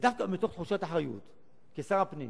ודווקא מתוך תחושת אחריות של שר הפנים,